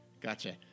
Gotcha